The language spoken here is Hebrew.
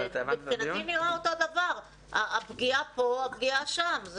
זה מבחינתי נראה אותו דבר, הפגיעה פה והפגיעה שם.